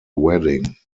wedding